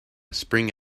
spring